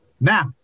Now